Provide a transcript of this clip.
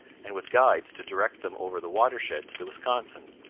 and with guides to direct them over the watershed to the wisconsin.